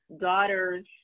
daughter's